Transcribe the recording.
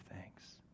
thanks